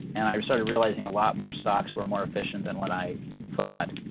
and i started realizing a lot more stocks were more efficient than what i thought.